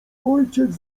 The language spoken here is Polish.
ojciec